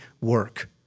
work